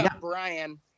Brian